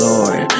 Lord